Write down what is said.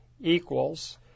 equals